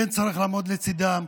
כן צריך לעמוד לצידה,